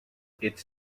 its